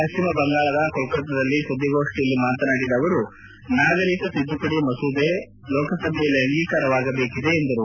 ಪಶ್ಚಿಮ ಬಂಗಾಳದ ಕೋಲ್ಕತ್ತಾದಲ್ಲಿ ಸುದ್ದಿಗೋಷ್ಠಿಯಲ್ಲಿ ಮಾತನಾಡಿದ ಅವರು ನಾಗರಿಕ ತಿದ್ದುಪಡಿ ಮಸೂದೆ ಲೋಕಸಭೆಯಲ್ಲಿ ಅಂಗೀಕಾರವಾಗಬೇಕಿದೆ ಎಂದರು